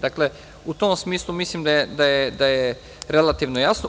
Dakle, u tom smislu mislim da je relativno jasno.